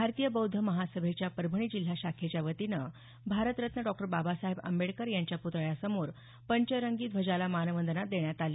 भारतीय बौद्ध महासभेच्या परभणी जिल्हा शाखेच्या वतीनं भारतरत्न डॉ बाबासाहेब आंबेडकर यांच्या प्तळ्यासमोर पंचरंगी ध्वजाला मानवंदना देण्यात आली